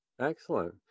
Excellent